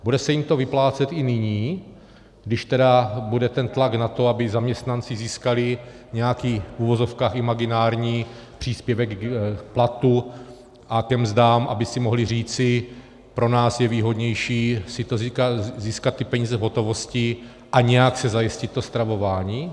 Bude se jim to vyplácet i nyní, když tedy bude ten tlak na to, aby zaměstnanci získali nějaký, v uvozovkách, imaginární příspěvek k platu a ke mzdám, aby si mohli říci, pro nás je výhodnější získat ty peníze v hotovosti a nějak si zajistit to stravování?